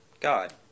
God